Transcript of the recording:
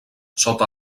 sota